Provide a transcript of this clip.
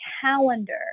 calendar